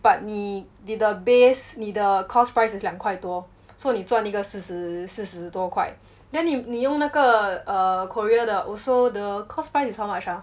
but 你你的 base 你的 cost price 两块多 so 你赚一个四十四十多块 then 你你用那个 err korea 的 also the cost price is how much ah